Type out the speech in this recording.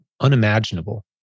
unimaginable